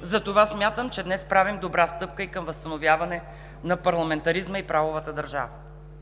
Затова смятам, че днес правим добра стъпка и към възстановяване на парламентаризма и правовата държава.